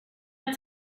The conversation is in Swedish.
att